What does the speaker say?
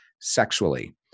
sexually